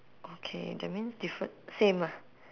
okay that means different same ah